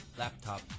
laptop